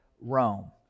Rome